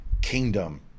kingdom